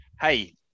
Hey